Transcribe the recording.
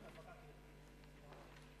בבקשה.